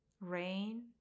Rain